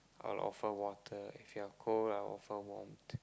I'll offer water if you're cold I'll offer warmth